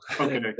okay